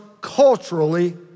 culturally